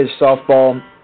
softball